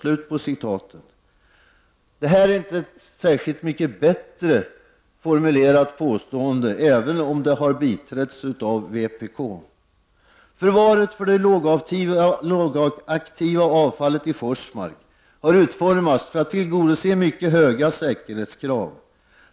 Detta är inte särskilt mycket bättre formulerat, även om reservationen har biträtts också av vpk. Förvaret för det lågaktiva avfallet i Forsmark har utformats för att tillgodose mycket höga säkerhetskrav.